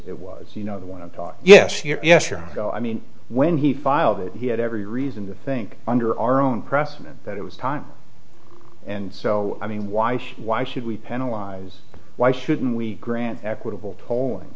it was you know the one yes yes yes or no i mean when he filed it he had every reason to think under our own precedent that it was time and so i mean why should why should we penalize why shouldn't we grant equitable holding